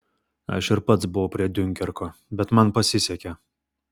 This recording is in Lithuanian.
aš ir pats buvau prie diunkerko bet man pasisekė